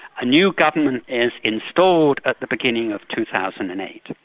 a new government is installed at the beginning of two thousand and eight.